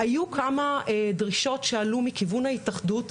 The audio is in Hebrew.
היו כמה דרישות שעלו מכיוון ההתאחדות,